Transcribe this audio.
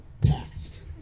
past